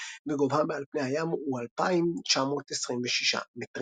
וגובהה מעל פני הים הוא 2,926 מטרים.